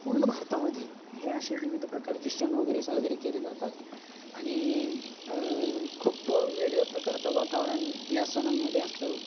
पूर्ण भारतामध्ये हे असे विविध प्रकारचे सण वगैरे साजरे केले जातात आणि खूप वेगळ्या प्रकारचा वातावरण या सणांमध्ये असतं